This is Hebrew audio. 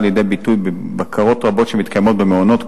לידי ביטוי בבקרות רבות שמתקיימות במעונות,